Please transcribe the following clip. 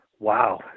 Wow